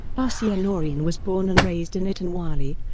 aasiya noreen was born and raised in ittan wali,